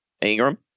Ingram